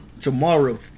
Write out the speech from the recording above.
Tomorrow